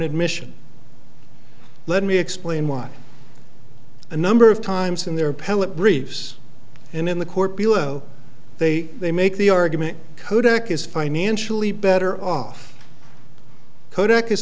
admission let me explain why a number of times in their appellate briefs and in the court below they they make the argument kodak is financially better off kodak is